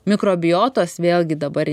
mikrobiotos vėlgi dabar